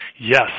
Yes